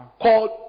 called